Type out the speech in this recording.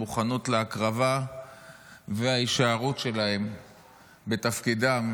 המוכנות להקרבה וההישארות שלהם בתפקידם,